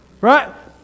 Right